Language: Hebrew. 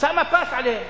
שמה פס עליהם